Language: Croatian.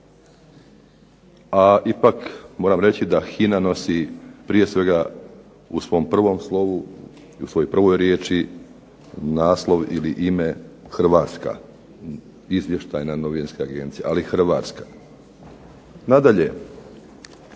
A ipak moram reći da HINA nosi u svom prvom slovu i svojoj prvoj riječi naslov ili ime Hrvatska izvještajna novinska agencija, ali Hrvatska. Nadalje,